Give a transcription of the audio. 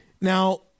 Now